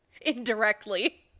indirectly